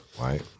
Right